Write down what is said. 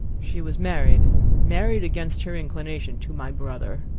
she was married married against her inclination to my brother.